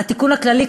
התיקון הכללי,